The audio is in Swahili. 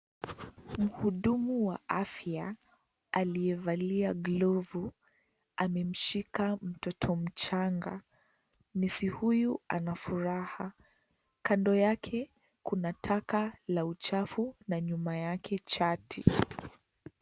Mhudumu wa afya aliyevalia glovu amemshika mtoto mchanga , nesi huyu ana furaha kando yake kuna taka la uchafu na nyuma yake chati.